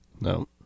No